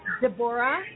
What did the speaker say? Deborah